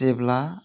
जेब्ला